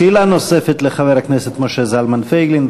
שאלה נוספת לחבר הכנסת משה זלמן פייגלין.